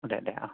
दे दे आह